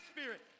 spirit